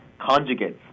conjugates